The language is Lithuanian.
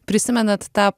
prisimenat tą